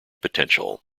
potential